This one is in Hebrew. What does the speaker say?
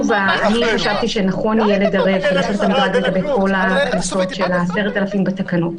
חשבתי שנכון יהיה לדרג ולעשות מדרג בכל הקנסות של ה-10,000 בתקנות,